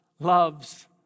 loves